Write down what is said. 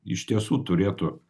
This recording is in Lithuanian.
iš tiesų turėtų